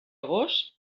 agost